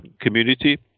community